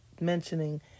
mentioning